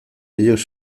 ellos